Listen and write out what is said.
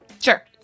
Sure